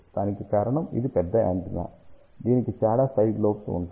దానికి కారణం ఇది పెద్ద యాంటెన్నా దీనికి చాలా సైడ్ లోబ్స్ ఉంటాయి